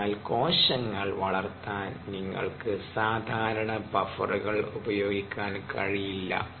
അതിനാൽ കോശങ്ങൾ വളർത്താൻ നിങ്ങൾക്ക് സാധാരണ ബഫറുകൾ ഉപയോഗിക്കാൻ കഴിയില്ല